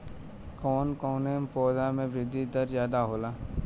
कवन कवने पौधा में वृद्धि दर ज्यादा होला?